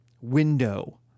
window